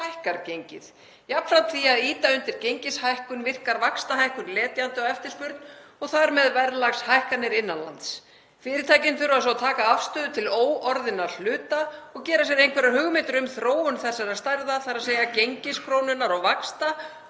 hækkar gengið. Jafnframt því að ýta undir gengishækkun virkar vaxtahækkun letjandi á eftirspurn og þar með verðlagshækkanir innan lands. Fyrirtækin þurfa svo að taka afstöðu til óorðinna hluta og gera sér einhverjar hugmyndir um þróun þessara stærða, þ.e. gengis krónunnar og vaxta,